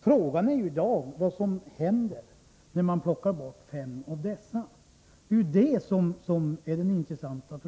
frågan är vad som händer när man tar bort fem av dessa. Det är ju det som är det intressanta.